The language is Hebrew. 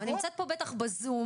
היא נמצאת פה בטח בזום.